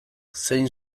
zein